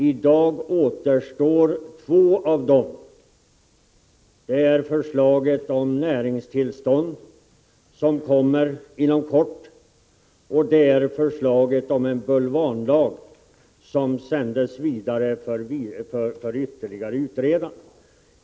I dag återstår två av dem — förslaget om näringstillstånd, som kommer att framläggas inom kort, och förslaget om en bulvanlag, som sändes vidare för ytterligare utredande.